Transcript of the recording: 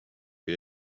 või